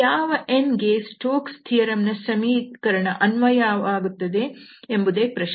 ಯಾವ n ಗೆ Stokes theorem Stoke's Theorem ನ ಸಮೀಕರಣ ಅನ್ವಯವಾಗುತ್ತದೆ ಎಂಬುದೇ ಪ್ರಶ್ನೆ